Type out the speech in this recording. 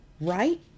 right